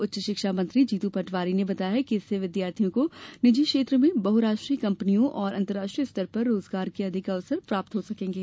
उच्च शिक्षा मंत्री जीतू पटवारी ने बताया कि इससे विद्यार्थियों को निजी क्षेत्र में बहु राष्ट्रीय कम्पनियों एवं अंतर्राष्ट्रीय स्तर पर रोजगार के अधिक अवसर प्राप्त हो सकेंगे